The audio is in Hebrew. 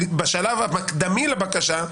בשלב המקדמי לבקשה,